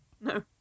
No